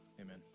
amen